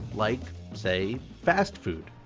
like say, fast food.